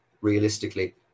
realistically